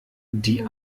die